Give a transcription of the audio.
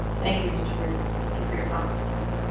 thank you mr beard. thank you for your comments tonight.